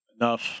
enough